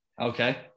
okay